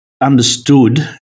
understood